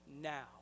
now